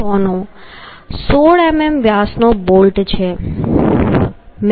6 નો 16 મીમી વ્યાસનો બોલ્ટ છે